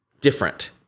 different